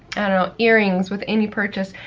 i don't know, earrings with any purchase,